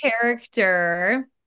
character